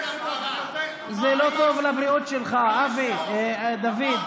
זה לא טוב לבריאות שלך, דוד.